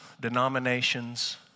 denominations